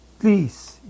Please